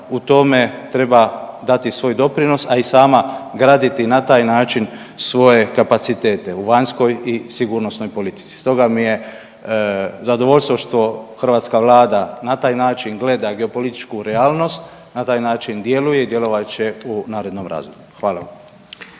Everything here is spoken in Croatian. u tome treba dati svoj doprinos, a i sama graditi na taj način svoje kapacitete u vanjskoj i sigurnosnoj politici. Stoga mi je zadovoljstvo što hrvatska Vlada na taj način gleda geopolitičku realnost, na taj način djeluje i djelovat će u narednom razdoblju. Hvala